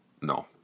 no